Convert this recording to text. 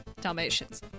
Dalmatians